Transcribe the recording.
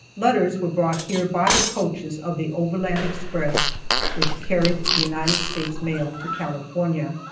letters were brought here by the coaches of the overland express which carried the united states mail to california.